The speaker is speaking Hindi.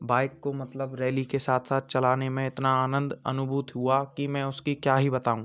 बाइक को मतलब रैली के साथ साथ चलाने में इतना आनंद अनुभूत हुआ कि मैं उसकी क्या ही बताऊँ